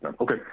Okay